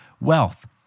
wealth